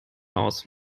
aus